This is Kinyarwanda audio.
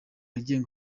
agenga